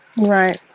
Right